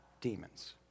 demons